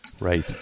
Right